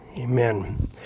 amen